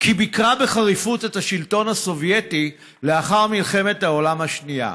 כי ביקרה בחריפות את השלטון הסובייטי לאחר מלחמת העולם השנייה.